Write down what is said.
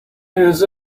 has